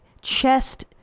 chest